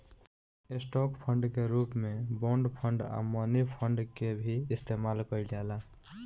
stock fund के रूप में बॉन्ड फंड आ मनी फंड के भी इस्तमाल कईल जाला